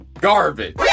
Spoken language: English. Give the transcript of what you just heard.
garbage